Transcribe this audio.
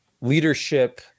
leadership